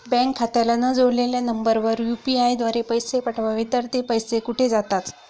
Bank खात्याला न जोडलेल्या नंबरवर यु.पी.आय द्वारे पैसे पाठवले तर ते पैसे कुठे जातात?